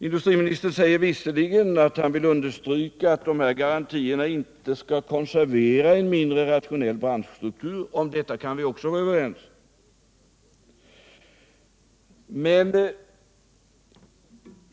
Industriministern säger vidare att han vill understryka att de här garantierna inte skall konservera en mindre rationell branschstruktur. Om detta kan vi vara överens.